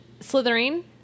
slytherin